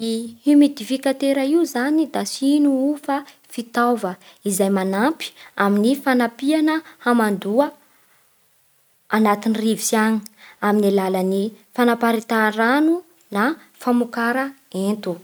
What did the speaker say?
I himidifikatera io zany da tsy ino fa fitaova izay manampy amin'ny fanampiana hamandoa agnatin'ny rivotsy agny amin'ny alalan'ny fanaparitahany rano na famokara ento.